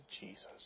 Jesus